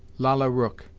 lalla rookh,